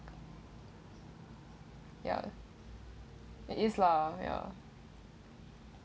ya it is lah ya